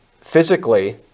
physically